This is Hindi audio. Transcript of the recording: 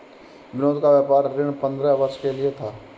विनोद का व्यापार ऋण पंद्रह वर्ष के लिए था